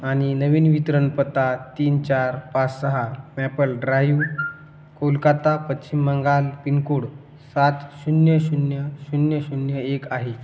आणि नवीन वितरणपत्ता तीन चार पाच सहा Maple Drive Kolkata Paschim Bangal pin code सात शून्य शून्य शून्य शून्य एक आहे